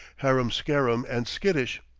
harum-skarum and skittish.